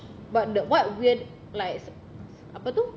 but the what weird like apa tu